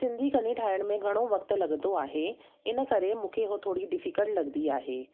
सिंधी कढ़ी ठाहिण में घणो वक़्तु लॻंदो आहे इन करे मूंखे उहो थोरी डिफिकल्ट लॻंदी आहे